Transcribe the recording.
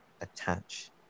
attach